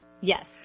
Yes